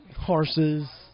horses